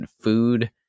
food